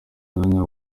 mwanya